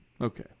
Okay